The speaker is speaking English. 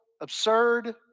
absurd